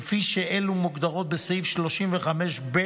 כפי שאלו מוגדרות בסעיף 35(ב)